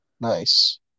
Nice